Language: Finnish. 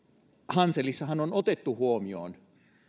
hanselissahan on otettu huomioon